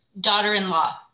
Daughter-in-law